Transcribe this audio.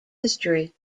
history